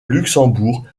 luxembourg